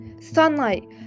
Sunlight